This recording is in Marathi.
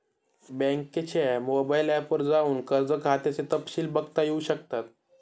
बँकेच्या मोबाइल ऐप वर जाऊन कर्ज खात्याचे तपशिल बघता येऊ शकतात